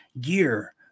gear